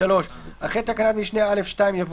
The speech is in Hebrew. " אחרי תקנה משנה (א2) יבוא: